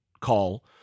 call